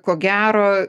ko gero